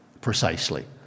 precisely